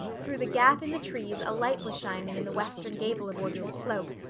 through the gap in the trees a light was shining in the western gable of orchard slope,